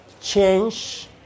change